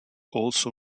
also